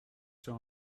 sur